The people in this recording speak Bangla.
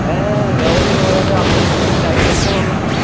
হ্যাঁ ব্যবস্থা নেওয়া যাবে আমনি থানায় এসে ডায়রি করতে হবে আপনাকে